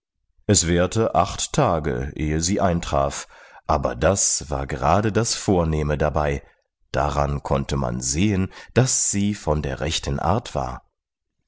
es währte acht tage ehe sie eintraf aber das war gerade das vornehme dabei daran konnte man sehen daß sie von der rechten art war